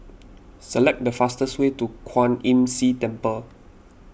select the fastest way to Kwan Imm See Temple